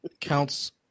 counts